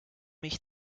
mich